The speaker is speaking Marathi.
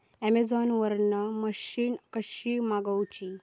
अमेझोन वरन मशीन कशी मागवची?